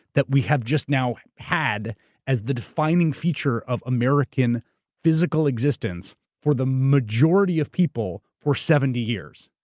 that we have just now had as the defining feature of american physical existence for the majority of people for seventy years,